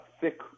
Thick